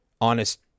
honest